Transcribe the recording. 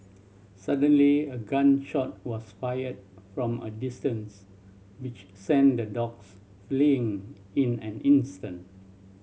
suddenly a gun shot was fired from a distance which sent the dogs fleeing in an instant